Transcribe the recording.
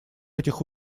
этих